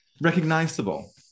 recognizable